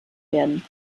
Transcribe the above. werden